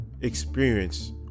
experience